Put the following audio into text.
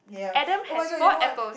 Adam has four apples